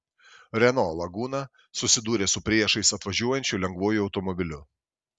renault laguna susidūrė su priešais atvažiuojančiu lengvuoju automobiliu